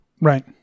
Right